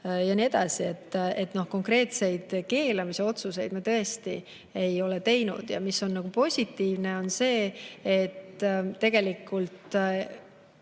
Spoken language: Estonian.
ja nii edasi. Konkreetseid keelamise otsuseid me tõesti ei ole teinud. Ja on positiivne, et tegelikult